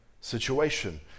situation